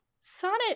Sonnet